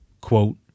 Quote